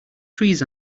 trees